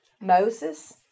Moses